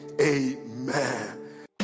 amen